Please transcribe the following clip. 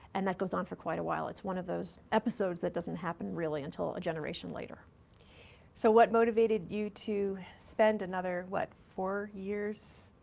and that goes on for quite a while. it's one of those episodes that doesn't happen, really, until a generation later. franklin so what motivated you to spend another, what, four years?